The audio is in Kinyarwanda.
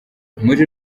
muri